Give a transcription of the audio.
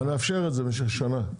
אבל נאפשר את זה במשך שנה,